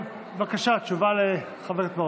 בבקשה, תשובה לחבר הכנסת מעוז.